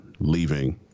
leaving